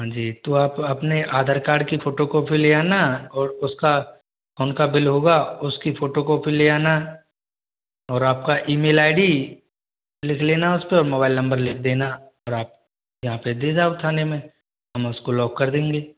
हाँ जी तो आप अपने आधार कार्ड की फोटोकॉपी ले आना और उसका उनका बिल होगा उसकी फोटोकॉपी ले आना और आपका ईमेल आई डी लिख लेना उसपे और मोबाइल नंबर लिख देना और आप यहाँ पे दे जाओ थाने में हम उसको लॉक कर देंगे